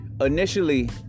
Initially